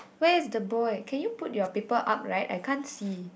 where's the boy can you put your paper up right I can't see